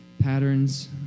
patterns